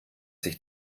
sich